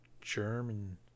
German